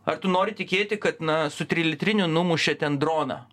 ar tu nori tikėti kad na su trilitriniu numušė ten droną